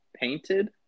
painted